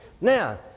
Now